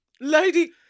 Lady